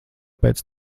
pēc